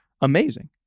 Amazing